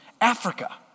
Africa